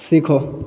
सीखो